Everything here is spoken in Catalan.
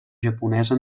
japonesa